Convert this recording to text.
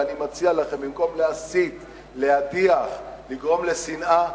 ואני מציע לכם, במקום להסית, להדיח, לגרום לשנאה,